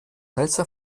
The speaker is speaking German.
heißer